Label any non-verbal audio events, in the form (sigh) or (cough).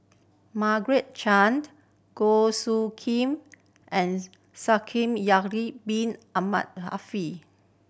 Margaret Chan Goh Soo Khim and (unintelligible) Bin Ahmed (unintelligible)